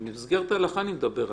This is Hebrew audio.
במסגרת ההלכה אני מדבר,